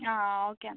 ആ ഓക്കെയെന്നാൽ